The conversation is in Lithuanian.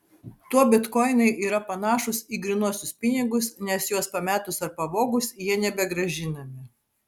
tuo bitkoinai yra panašūs į grynuosius pinigus nes juos pametus ar pavogus jie nebegrąžinami